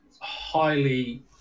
highly